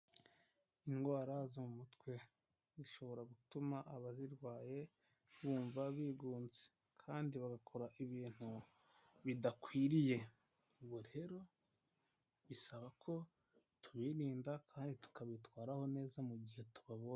Indwara zo mu mutwe zishobora gutuma ababirwaye bumva bigunze kandi bagakora ibintu bidakwiriye, ubu rero bisaba ko tubiririnda kandi tukabitwaraho neza mu gihe tubabonye.